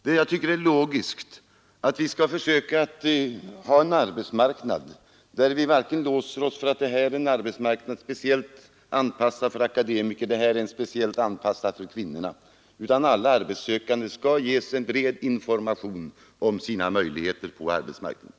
Det jag finner logiskt är att vi skall försöka ha en arbetsmarknad där vi inte låser oss vid att ett område skall vara speciellt anpassat för akademiker och ett annat speciellt anpassat för kvinnorna, utan alla arbetssökande skall ges en bred information om sina möjligheter på arbetsmarknaden.